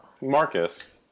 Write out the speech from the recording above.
Marcus